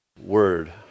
word